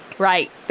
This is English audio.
right